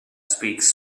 speaks